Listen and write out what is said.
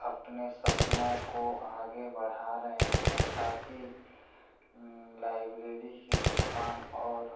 अपने सपनों को आगे बढ़ा रहें हैं ताकि लाइब्रेरी के समान और